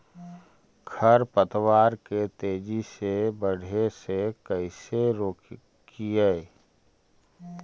खर पतवार के तेजी से बढ़े से कैसे रोकिअइ?